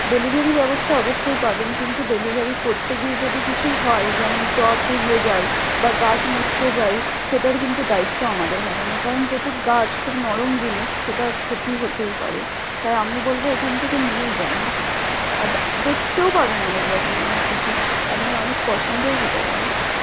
delivery ব্যবস্থা অবশ্যই পাবেন কিন্তু ডেলিভারি করতে গিয়ে যদি কিছু হয় যেমন টব ভেঙে যায় বা গাছ মচকে যায় সেটার কিন্তু দায়িত্ব আমাদের হবে না কারণ যেহেতু গাছ খুব নরম জিনিস সেটার ক্ষতি হতেই পারে তাই আমি বলব এখান থেকে নিয়ে যান দেখতেও পাবেন অনেক রকম অনেক কিছু আপনার অনেক পছন্দও হতে পারে